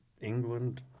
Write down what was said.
England